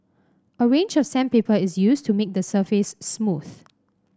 a range of sandpaper is used to make the surface smooth